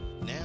Now